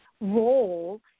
role